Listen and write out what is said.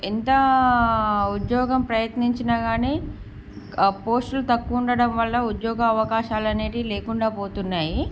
ఎంత ఉద్యోగం ప్రయత్నించిన కాని పోస్టులు తక్కువ ఉండటం వల్ల ఉద్యోగ అవకాశాలు అనేవి లేకుండా పోతున్నాయి